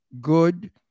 good